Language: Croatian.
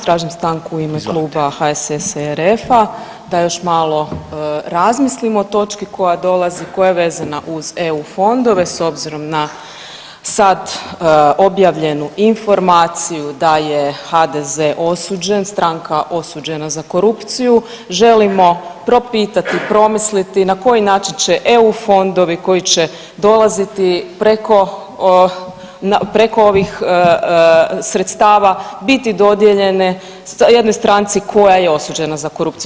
Tražim stanku u ime Kluba HSS-a i RF-a da još malo razmislimo o točki koja dolazi koja je vezana uz EU fondove s obzirom na sad objavljenu informaciju da je HDZ-e osuđen, stranka osuđena za korupciju želimo propitati, promisliti na koji način će EU fondovi koji će dolaziti preko ovih sredstava biti dodijeljene jednoj stranci koja je osuđena za korupciju.